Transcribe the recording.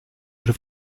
have